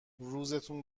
روزتون